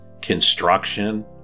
construction